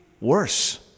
worse